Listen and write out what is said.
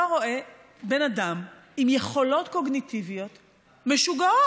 אתה רואה בן אדם עם יכולות קוגניטיביות משוגעות.